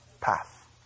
path